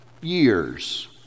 years